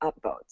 upvotes